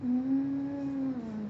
hmm